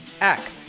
act